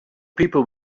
people